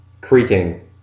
creaking